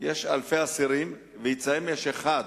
יש אלפי אסירים ואצלם יש אחד,